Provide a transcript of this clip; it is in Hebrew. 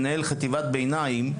מנהל חטיבת הביניים.